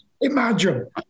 Imagine